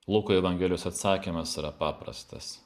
luko evangelijos atsakymas yra paprastas